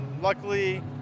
luckily